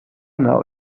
now